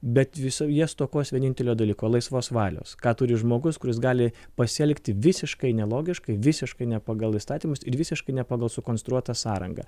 bet viso jie stokos vienintelio dalyko laisvos valios ką turi žmogus kuris gali pasielgti visiškai nelogiškai visiškai ne pagal įstatymus ir visiškai ne pagal sukonstruotą sąrangą